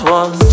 one